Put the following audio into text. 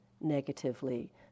negatively